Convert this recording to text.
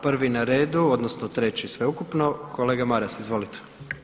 Prvi na redu odnosno treći sveukupno, kolega Maras, izvolite.